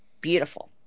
Beautiful